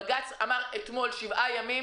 בג"ץ אמר אתמול שבעה ימים,